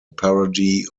parody